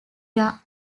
era